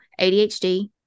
ADHD